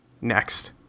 Next